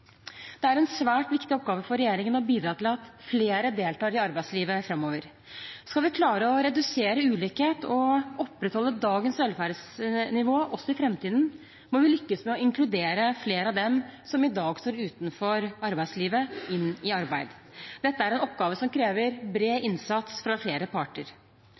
Det er en svært viktig oppgave for regjeringen å bidra til at flere deltar i arbeidslivet framover. Skal vi klare å redusere ulikhet og opprettholde dagens velferdsnivå også i framtiden, må vi lykkes med å inkludere flere av dem som i dag står utenfor arbeidslivet, i arbeid. Dette er en oppgave som krever bred innsats fra flere parter.